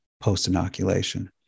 post-inoculation